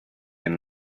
and